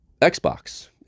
Xbox